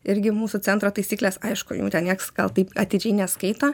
irgi mūsų centro taisyklės aišku jų ten niekas gal taip atidžiai neskaito